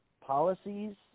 policies